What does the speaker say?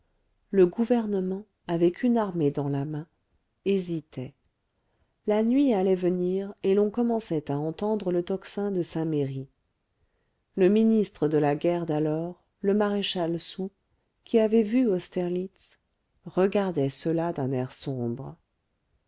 le gouvernement avec une armée dans la main hésitait la nuit allait venir et l'on commençait à entendre le tocsin de saint-merry le ministre de la guerre d'alors le maréchal soult qui avait vu austerlitz regardait cela d'un air sombre